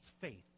faith